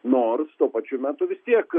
nors tuo pačiu metu vis tiek